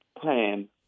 plan